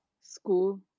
school